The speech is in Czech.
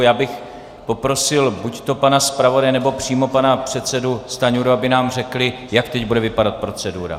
Já bych poprosil buďto pana zpravodaje, nebo přímo pana předsedu Stanjuru, aby nám řekli, jak teď bude vypadat procedura.